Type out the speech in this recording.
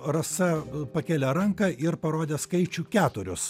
rasa pakėlė ranką ir parodė skaičių keturius